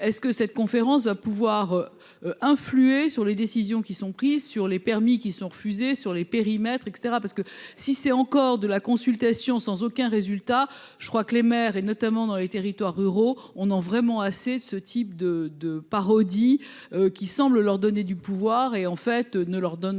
est-ce que cette conférence va pouvoir. Influer sur les décisions qui sont prises sur les permis qui sont refusés sur les périmètres et cetera parce que si c'est encore de la consultation sans aucun résultat. Je crois que les maires et notamment dans les territoires ruraux. On a vraiment assez ce type de de parodie qui semble leur donner du pouvoir et en fait ne leur donne